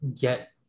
get